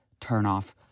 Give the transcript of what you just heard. turnoff